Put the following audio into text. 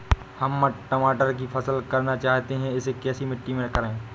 हम टमाटर की फसल करना चाहते हैं इसे कैसी मिट्टी में करें?